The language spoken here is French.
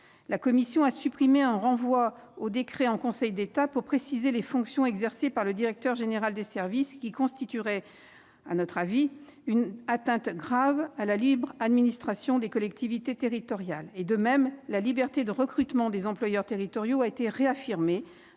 La commission a supprimé un renvoi à un décret en Conseil d'État pour préciser les fonctions exercées par le directeur général des services, renvoi qui constituerait une atteinte grave à la libre administration des collectivités territoriales. De même, à l'article 7, la liberté de recrutement des employeurs territoriaux a été réaffirmée,